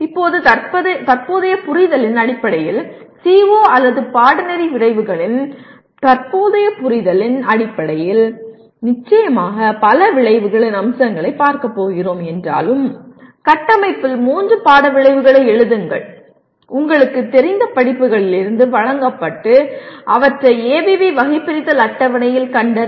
இப்போது தற்போதைய புரிதலின் அடிப்படையில் CO அல்லது பாடநெறி விளைவுகளின் தற்போதைய புரிதலின் அடிப்படையில் நிச்சயமாக பல விளைவுகளின் அம்சங்களை பார்க்கப்போகிறோம் என்றாலும் கட்டமைப்பில் மூன்று பாட விளைவுகளை எழுதுங்கள் உங்களுக்குத் தெரிந்த படிப்புகளிலிருந்து வழங்கப்பட்டு அவற்றை ஏபிவி வகைபிரித்தல் அட்டவணையில் கண்டறிக